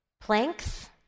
planks